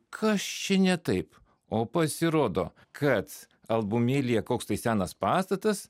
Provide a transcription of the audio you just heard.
kas čia ne taip o pasirodo kad albumėlyje koks tai senas pastatas